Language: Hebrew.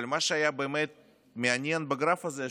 אבל מה שהיה באמת מעניין בגרף הזה,